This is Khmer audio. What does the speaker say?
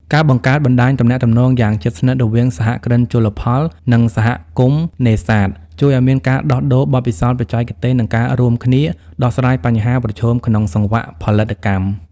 ការបង្កើតបណ្ដាញទំនាក់ទំនងយ៉ាងជិតស្និទ្ធរវាងសហគ្រិនជលផល និងសហគមន៍នេសាទ ជួយឱ្យមានការដោះដូរបទពិសោធន៍បច្ចេកទេស និងការរួមគ្នាដោះស្រាយបញ្ហាប្រឈមក្នុងសង្វាក់ផលិតកម្ម។